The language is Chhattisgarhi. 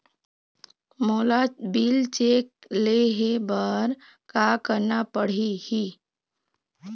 मोला बिल चेक ले हे बर का करना पड़ही ही?